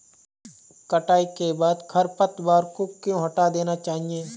कटाई के बाद खरपतवार को क्यो हटा देना चाहिए?